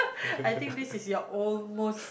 I think this is your almost